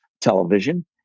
television